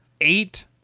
eight